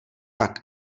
tak